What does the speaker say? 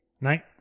night